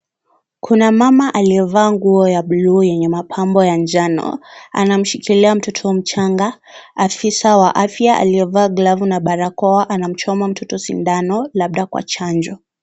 Kuna mama aliyevaa nguo ya buluu yenye mapambo ya njano anamshikilia mtoto mchanga. Afisa wa afya aliyevaa glavu na barakoa anamchoma mtoto sindano, labda kwa chanjo.